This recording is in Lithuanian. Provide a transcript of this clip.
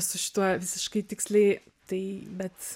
su šituo visiškai tiksliai tai bet